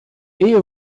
ehe